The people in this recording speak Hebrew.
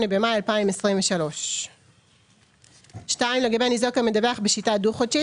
במאי 2023); לגבי ניזוק המדווח בשיטה דו-חודשית,